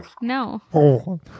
No